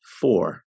Four